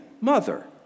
mother